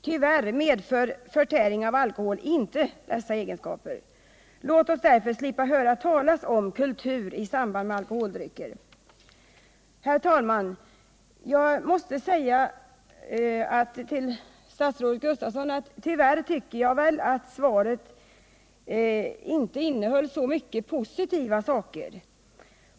Tyvärr medför förtäring av alkohol inte dessa egenskaper. Låt oss därför slippa höra talas om kultur i samband med alkoholdrycker! Herr talman! Jag måste säga till statsrådet Gustavsson att jag tyvärr inte finner att svaret innehåller så många positiva saker.